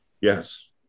Yes